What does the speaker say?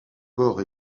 corps